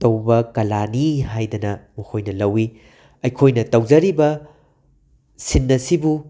ꯇꯧꯕ ꯀꯂꯥꯅꯤ ꯍꯥꯏꯗꯅ ꯃꯈꯣꯅ ꯂꯧꯋꯤ ꯑꯩꯈꯣꯏꯅ ꯇꯧꯖꯔꯤꯕ ꯁꯤꯟ ꯑꯁꯤꯕꯨ